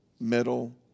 middle